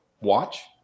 watch